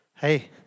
Hey